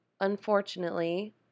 unfortunately